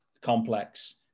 complex